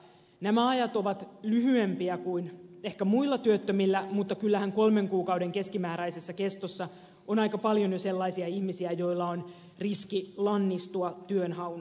nämä ajat ovat lyhyempiä kuin ehkä muilla työttömillä mutta kyllähän kolmen kuukauden keskimääräinen kesto koskee aika paljon jo sellaisia ihmisiä joilla on riski lannistua työnhaun suhteen